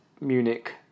Munich